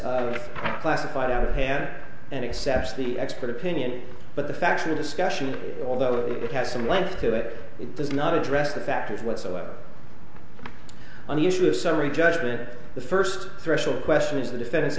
that classified out of hand and accept the expert opinion but the factual discussion although it has some length to it it does not address the facts whatsoever on the issue of summary judgment or the first threshold question is the defendant's